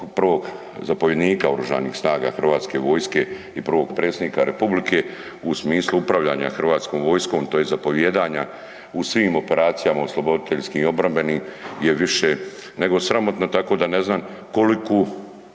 prvog zapovjednika Oružanih snaga Hrvatske vojske i Prvog predsjednika Republike u smislu upravljanja Hrvatskom vojskom tj. zapovijedanja u svim operacijama osloboditeljskih obrambenih je više nego sramotno. Tako da ne znam koliku